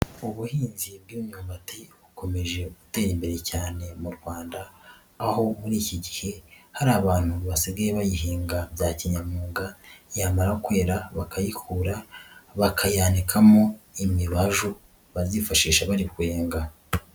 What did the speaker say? Ubuhinzi bw'imyumbati bukomeje gutera imbere cyane mu Rwanda, aho muri iki gihe hari abantu basigagaye bayihinga bya kinyamwuga, yamara kwera bakayikura bakayanikamo imibaju bazifashisha bari kwenga.